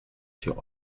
sur